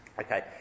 Okay